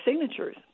signatures